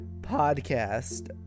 podcast